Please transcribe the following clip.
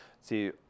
See